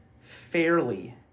fairly